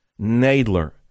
Nadler